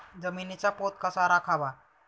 जमिनीचा पोत कसा राखावा?